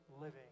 living